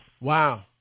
Wow